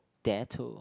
Dettol